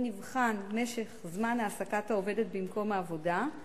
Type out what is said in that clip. נבחן משך העסקת העובדת במקום העבודה,